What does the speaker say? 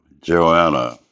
Joanna